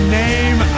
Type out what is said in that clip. name